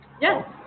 Yes